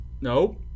nope